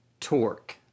torque